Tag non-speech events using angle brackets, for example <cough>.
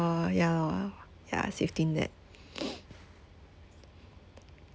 ya loh ya safety net <breath>